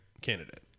candidate